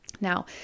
Now